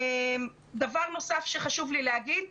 דבר נוסף שחשוב לי לומר.